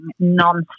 nonstop